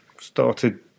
started